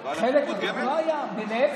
לחלק, לא היו להם